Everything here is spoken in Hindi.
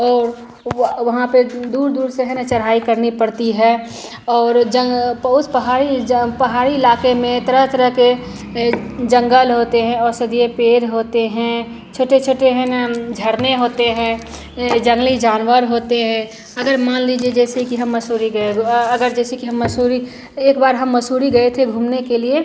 और व वहाँ पर दूर दूर से हैं ना चढ़ाई करनी पड़ती है और जहाँ पर उस पहाड़ी जो पहाड़ी इलाके में तरह तरह के जंगल होते हैं औषधीय पेड़ होते हैं छोटे छोटे हैं ना झरने होते हैं जंगली जानवर होते हैं अगर मान लीजिए जैसे कि हम मसूरी गए अगर जैसे कि हम मसूरी एक बार हम मसूरी गए थे घूमने के लिए